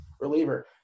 reliever